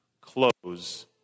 close